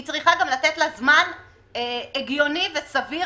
היא צריכה גם לתת לה זמן הגיוני וסביר